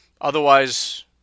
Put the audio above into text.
Otherwise